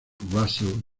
russell